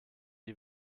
die